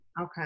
Okay